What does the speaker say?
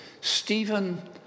Stephen